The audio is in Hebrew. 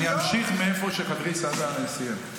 אני אמשיך מאיפה שחברי סעדה סיים.